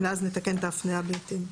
ואז נתקן את ההפניה בהתאם.